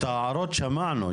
את ההערות שמענו,